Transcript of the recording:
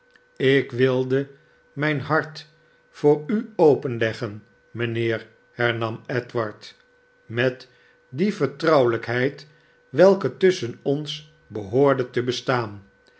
ik wilde mijn hart voor u openleggen mijnheer hernam edward met die vertrouwelijkheid welke tusschen ons behoorde te bestaan